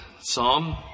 psalm